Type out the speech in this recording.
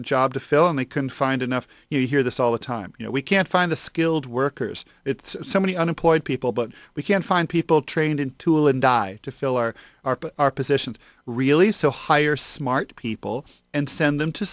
to job to fill and they couldn't find enough you hear this all the time you know we can't find the skilled workers it's so many unemployed people but we can find people trained in tool and die to fill our our positions re lisa hire smart people and send them to